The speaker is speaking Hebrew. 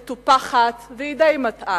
מטופחת, והיא די מטעה,